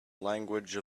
language